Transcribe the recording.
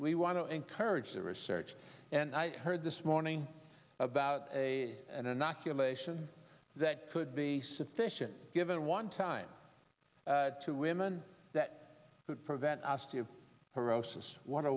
we want to encourage the research and i heard this morning about a and inoculation that could be sufficient given one time two women that could prevent i asked you